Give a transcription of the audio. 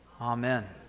Amen